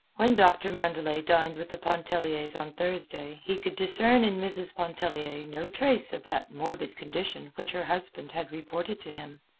when doctor mandelet dined with the pontelliers on thursday he could discern in mrs. pontellier no trace of that morbid condition which her husband had reported to him.